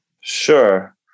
Sure